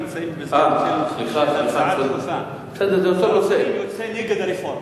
אנחנו נמצאים בהצעה דחופה: שר הפנים יוצא נגד הרפורמה.